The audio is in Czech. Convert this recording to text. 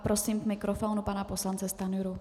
Prosím k mikrofonu pana poslance Stanjuru.